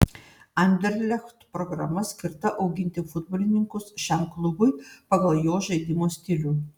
anderlecht programa skirta auginti futbolininkus šiam klubui pagal jo žaidimo stilių